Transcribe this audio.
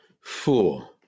four